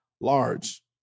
large